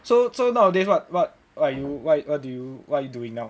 so so nowadays what what are you what do you what are you doing now